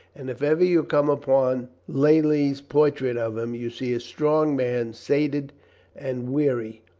and if ever you come upon lely's portrait of him you see a strong man, sated and weary,